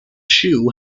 shoe